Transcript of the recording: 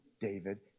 David